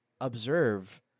observe